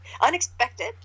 unexpected